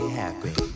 happy